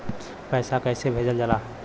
पैसा कैसे भेजल जाला?